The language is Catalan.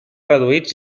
reduïts